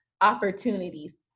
opportunities